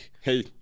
hey